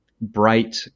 bright